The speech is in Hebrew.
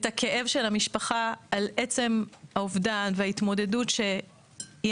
הכאב של המשפחה על עצם האובדן וההתמודדות שהיא